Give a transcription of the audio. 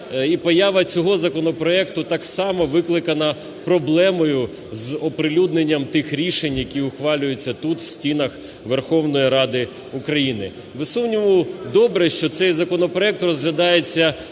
і поява цього законопроекту так само викликана проблемою з оприлюдненням тих рішень, які ухвалюють тут, в стінах Верховної Ради України. Без сумніву, добре, що цей законопроект розглядається